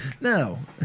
No